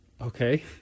Okay